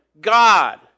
God